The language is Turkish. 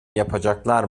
yapacaklar